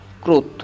growth